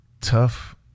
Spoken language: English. tough